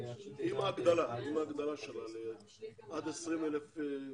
עם ההגדלה עד 20,000 אנשים.